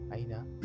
Aina